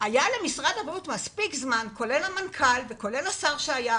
למשרד הבריאות מספיק זמן, כולל למנכ"ל ולשר שהיו,